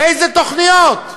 איזה תוכניות?